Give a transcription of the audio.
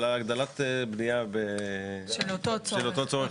על הגדלת בנייה של אותו צורך ציבורי.